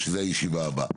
שזו הישיבה הבאה.